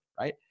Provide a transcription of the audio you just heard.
right